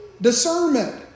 Discernment